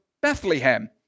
Bethlehem